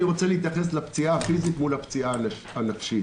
אני רוצה להתייחס לפציעה הפיזית מול הפציעה הנפשית.